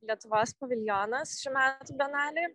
lietuvos paviljonas šių metų bienalėj